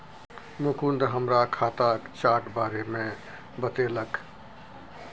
मुकुंद हमरा खाताक चार्ट बारे मे बतेलक